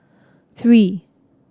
three